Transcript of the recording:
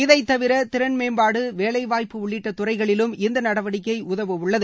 இதை தவிர திறன் மேம்பாடு வேலைவாய்ப்பு உள்ளிட்ட துறைகளிலும் இந்த நடவடிக்கை உதவவுள்ளது